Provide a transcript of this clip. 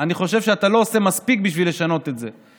אני חושב שאתה לא עושה מספיק בשביל לשנות את זה.